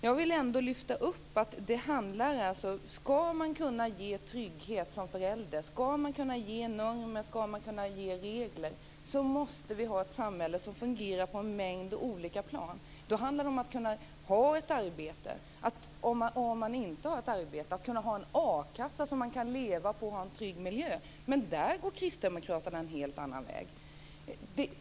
Jag vill lyfta upp detta: Skall man kunna ge trygghet som förälder, skall man kunna ge normer och regler, måste vi ha ett samhälle som fungerar på en mängd olika plan. Då handlar det om att kunna ha ett arbete. Om man inte har det handlar det om att ha en a-kassa som man kan leva på. Det handlar om att ha en trygg miljö. Men där går kristdemokraterna en helt annan väg.